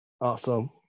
awesome